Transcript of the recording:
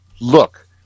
look